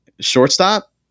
Shortstop